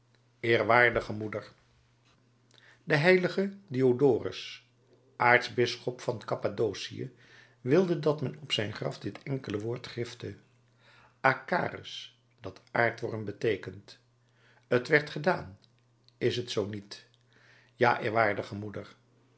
eerwaardige moeder de heilige diodorus aartsbisschop van kappadocië wilde dat men op zijn graf dit enkele woord grifte acarus dat aardworm beteekent t werd gedaan is t zoo niet ja eerwaardige moeder